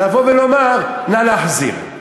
לבוא ולומר: נא להחזיר.